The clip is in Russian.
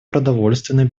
продовольственной